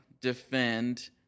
defend